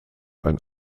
ein